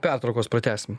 pertraukos pratęsim